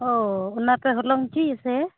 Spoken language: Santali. ᱚᱻ ᱚᱱᱟ ᱯᱮ ᱦᱚᱞᱚᱝ ᱦᱚᱪᱚᱭᱟ ᱥᱮ